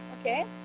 Okay